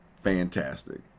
fantastic